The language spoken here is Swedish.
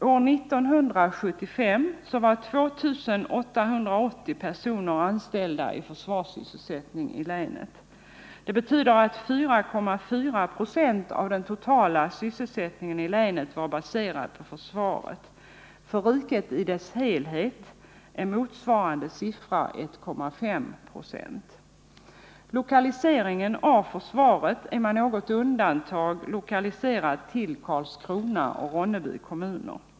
År 1975 var 2 880 personer anställda i försvarssysselsättning i länet. Det betyder att 4,4 96 av den totala sysselsättningen i länet var baserad på försvaret. För riket i dess helhet är motsvarande siffra 1,5 96. Försvaret är med något undantag lokaliserat till Karlskrona och Ronneby.